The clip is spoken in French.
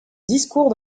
discours